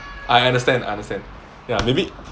I understand understand ya maybe